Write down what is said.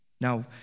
Now